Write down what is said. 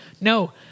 no